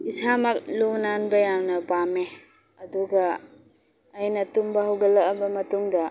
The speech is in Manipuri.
ꯏꯁꯥꯃꯛ ꯂꯨ ꯅꯥꯟꯕ ꯌꯥꯝꯅ ꯄꯥꯝꯃꯦ ꯑꯗꯨꯒ ꯑꯩꯅ ꯇꯨꯝꯕ ꯍꯧꯒꯠꯂꯛꯑꯕ ꯃꯇꯨꯡꯗ